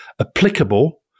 applicable